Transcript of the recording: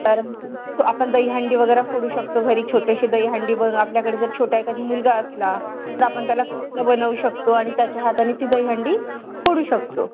कारण आपण दहीहंडी वगैरे फोडू शकतो घरी छोटेशी दहीहंडी बनवू आपल्याकडे जर छोटा एखादी मुलगा असला तर आपण त्याला बनवू शकतो आणि त्याच्या हाताने ती दहीहंडी फोडू शकतो